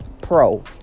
Pro